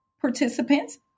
participants